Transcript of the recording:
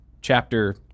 chapter